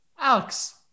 Alex